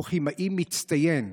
הוא כימאי מצטיין,